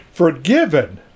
Forgiven